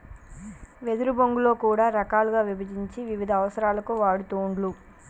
వెదురు బొంగులో కూడా రకాలుగా విభజించి వివిధ అవసరాలకు వాడుతూండ్లు